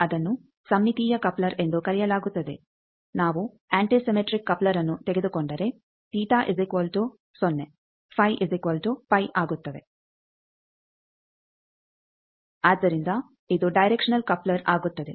ಅದನ್ನು ಸಮ್ಮಿತೀಯ ಕಪ್ಲರ್ ಎಂದು ಕರೆಯಲಾಗುತ್ತದೆ ನಾವು ಆಂಟಿಸಿಮೆಟ್ರಿಕ್ ಕಪ್ಲರ್ಅನ್ನು ತೆಗೆದುಕೊಂಡರೆ ಆದ್ದರಿಂದ ಇದು ಡೈರೆಕ್ಷನಲ್ ಕಪ್ಲರ್ ಆಗುತ್ತದೆ